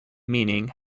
meaning